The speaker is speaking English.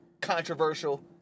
controversial